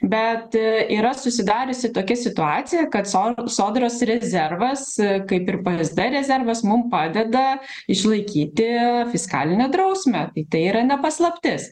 bet yra susidariusi tokia situacija kad sod sodros rezervas kaip ir psd rezervas mum padeda išlaikyti fiskalinę drausmę i tai yra ne paslaptis